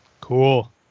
Cool